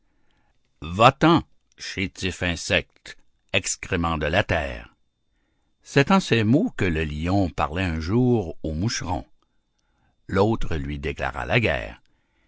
va-t'en chétif insecte excrément de la terre c'est en ces mots que le lion parlait un jour au moucheron l'autre lui déclara la guerre